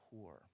poor